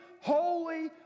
holy